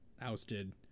ousted